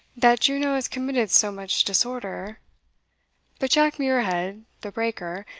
that juno has committed so much disorder but jack muirhead, the breaker,